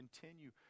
continue